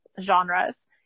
genres